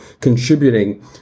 contributing